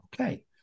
Okay